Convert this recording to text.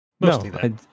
No